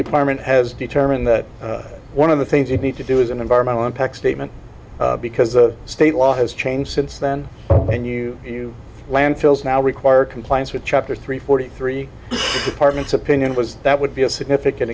department has determined that one of the things you need to do is an environmental impact statement because the state law has changed since then and you landfills now require compliance with chapter three forty three apartments opinion was that would be a significant